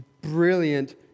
brilliant